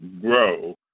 grow